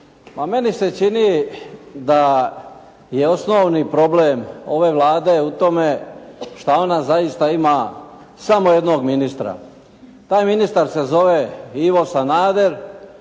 meni se čini da je osnovni problem ove Vlade u tome, šta ona zaista ima samo jednog ministra, taj ministar se zove Ivo Sanader,